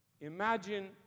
Imagine